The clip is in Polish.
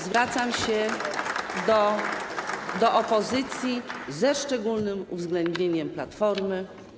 Zwracam się do opozycji, ze szczególnym uwzględnieniem Platformy.